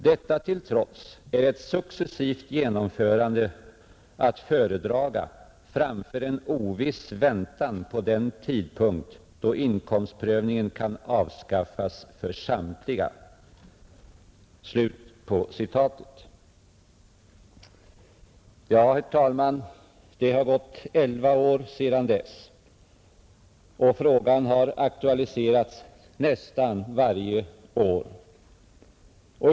Detta till trots är ett successivt genomförande att föredraga framför en oviss väntan på den tidpunkt då inkomstprövningen kan avskaffas för samtliga.” Herr talman! Det har gått elva år sedan dess, och frågan har aktualiserats nästan varje år.